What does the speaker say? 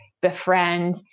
befriend